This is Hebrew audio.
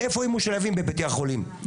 איפה הם משולבים בבתי החולים.